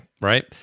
Right